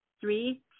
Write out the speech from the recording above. Three